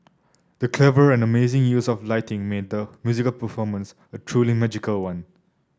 the clever and amazing use of lighting made the musical performance a truly magical one